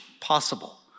possible